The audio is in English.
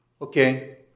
Okay